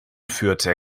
führte